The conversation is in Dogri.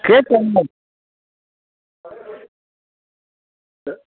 केह् चाहिदा ऐ